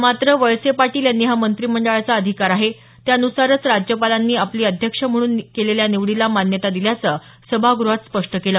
मात्र वळसे पाटील यांनी हा मंत्रिमंडळाचा अधिकार आहे त्यान्सारच राज्यपालांनी आपली अध्यक्ष म्हणून केलेल्या निवडीला मान्यता दिल्याचं सभाग्रहात स्पष्ट केलं